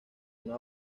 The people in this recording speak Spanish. una